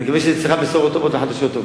אני מקווה שאצלך, בשורות טובות וחדשות טובות.